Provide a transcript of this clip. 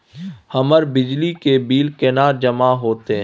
हमर बिजली के बिल केना जमा होते?